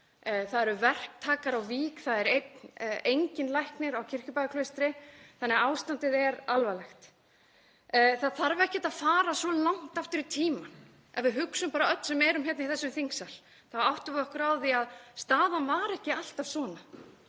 það eru verktakar í Vík, það er enginn læknir á Kirkjubæjarklaustri, þannig að ástandið er alvarlegt. Það þarf ekkert að fara svo langt aftur í tímann. Ef við hugsum bara öll sem erum hér í þessum þingsal þá áttum við okkur á því að staðan var ekki alltaf svona.